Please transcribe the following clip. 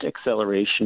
acceleration